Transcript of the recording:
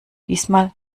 diesmal